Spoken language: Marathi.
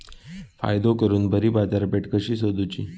फायदो करून बरी बाजारपेठ कशी सोदुची?